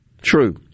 True